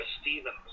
Stevens